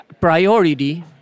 priority